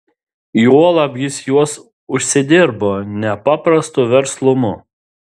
juolab jis juos užsidirbo nepaprastu verslumu